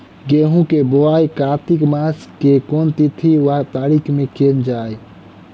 गेंहूँ केँ बोवाई कातिक मास केँ के तिथि वा तारीक सँ कैल जाए?